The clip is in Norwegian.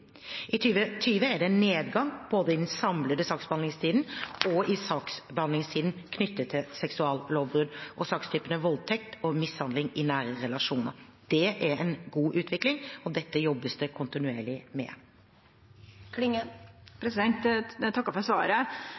I 2020 er det en nedgang både i den samlede saksbehandlingstiden og i saksbehandlingstiden knyttet til seksuallovbrudd og sakstypene voldtekt og mishandling i nære relasjoner. Det er en god utvikling, og dette jobbes det kontinuerlig med. Eg takkar for svaret.